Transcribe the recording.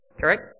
Correct